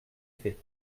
fait